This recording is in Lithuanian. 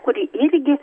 kuri irgi